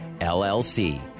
LLC